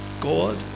God